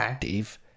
Dave